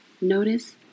notice